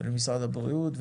למשרד הבריאות,